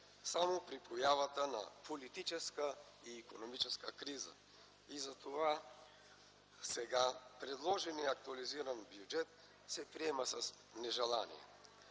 само при появата на политическа и икономическа криза. И затова сега предложеният актуализиран бюджет се приема с нежелание.